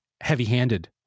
heavy-handed